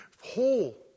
whole